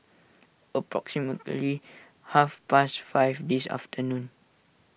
approximately half past five this afternoon